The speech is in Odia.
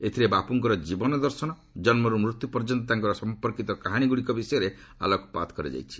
ଏଥିରେ ବାପୁଙ୍କର ଜୀବନ ଦର୍ଶନ ଓ ଜନ୍ମରୁ ମୃତ୍ୟୁ ପର୍ଯ୍ୟନ୍ତ ତାଙ୍କ ସମ୍ପର୍କୀତ କାହାଣୀଗୁଡ଼ିକ ବିଷୟରେ ଆଲୋକପାତ କରାଯାଇଛି